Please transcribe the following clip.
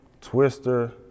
Twister